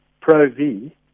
Pro-V